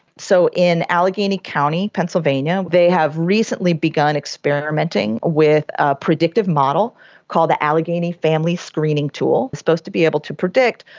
so in allegheny county, pennsylvania, they have recently begun experimenting with a predictive model called the allegheny family screening tool, it's supposed to be able to predict,